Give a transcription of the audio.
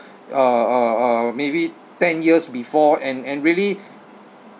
uh uh uh maybe ten years before and and really